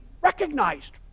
recognized